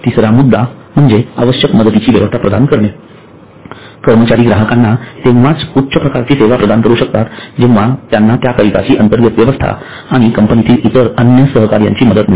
तिसरा मुद्दा म्हणजे आवश्यक मदतीची व्यवस्था प्रदान करणे कर्मचारी ग्राहकांना तेंव्हाच उच्च प्रकारची सेवा प्रदान करू शकतात जेव्हा त्यांना त्याकरिताची अंतर्गत व्यवस्था आणि कंपनीतील अन्य सहकार्यांची मदत मिळते